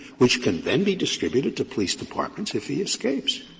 which can then be distributed to police departments if he escapes?